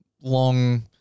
long